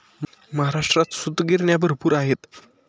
महाराष्ट्रात सूतगिरण्या भरपूर आहेत